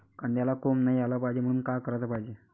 कांद्याला कोंब नाई आलं पायजे म्हनून का कराच पायजे?